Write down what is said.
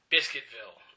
Biscuitville